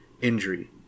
injury